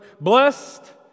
blessed